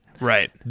Right